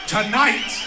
Tonight